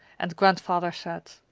and grandfather said,